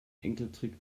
enkeltrick